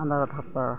ᱟᱸᱫᱟᱲ ᱫᱷᱟᱯᱟᱲ